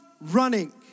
running